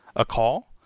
a call.